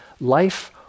life